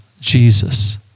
Jesus